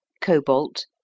cobalt